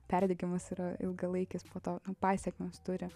perdegimas yra ilgalaikis po to pasekmes turi